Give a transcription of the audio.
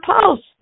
post